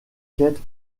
quête